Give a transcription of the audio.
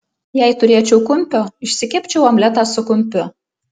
jei turėčiau kumpio išsikepčiau omletą su kumpiu